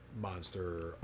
monster